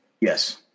Yes